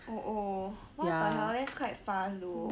oh oh what the hell that's quite fast though